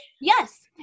Yes